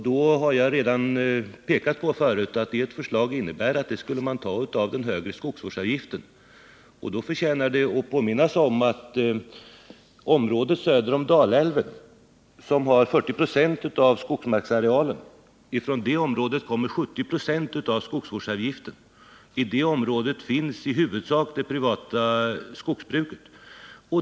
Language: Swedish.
Denna ersättning skulle tas från de medel som den högre skogsvårdsavgiften ger. Det förtjänar då att påminnas om att från området söder om Dalälven, som har 40 96 av skogsmarksarealen, kommer 70 96 av skogsvårdsavgiften. I det området finns i huvudsak det privata skogsbruket.